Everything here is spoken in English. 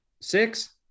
six